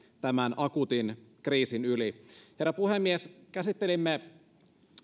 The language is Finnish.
tämän akuutin kriisin yli herra puhemies käsittelimme